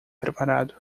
preparado